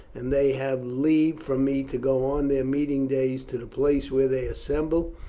and they have leave from me to go on their meeting days to the place where they assemble,